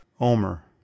Omer